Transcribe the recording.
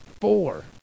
Four